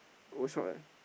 overshot eh